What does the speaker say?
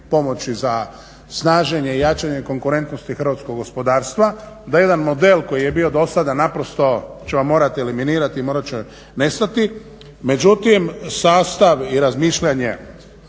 pomoći za snaženje i jačanje konkurentnosti hrvatskog gospodarstva, da jedan model koji je bio dosada naprosto ćemo morati eliminirati i morat će nestati međutim sastav i razmišljanje